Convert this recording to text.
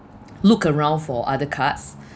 look around for other cards